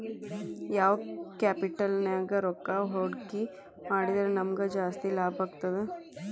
ಯಾವ್ ಕ್ಯಾಪಿಟಲ್ ನ್ಯಾಗ್ ರೊಕ್ಕಾ ಹೂಡ್ಕಿ ಮಾಡಿದ್ರ ನಮಗ್ ಜಾಸ್ತಿ ಲಾಭಾಗ್ತದ?